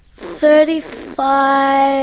thirty five